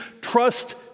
trust